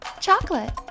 chocolate